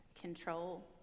control